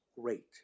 great